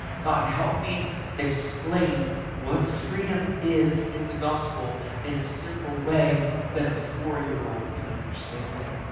god, help me explain what freedom is in the gospel in a simple way that a four year old can understand it,